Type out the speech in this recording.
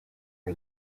are